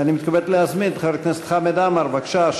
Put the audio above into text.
אני מתכבד להזמין את חבר הכנסת חמד עמאר, בבקשה.